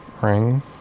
Ring